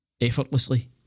effortlessly